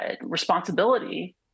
responsibility